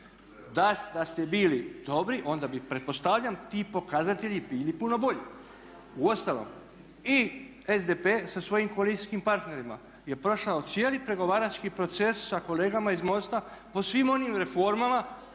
Da ste bili dobri onda bi pretpostavljam ti pokazatelji bili puno bolji. Uostalom, i SDP sa svojim koalicijskim partnerima je prošao cijeli pregovarački proces sa kolegama iz MOST-a po svim onim reformama,